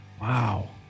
wow